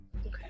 Okay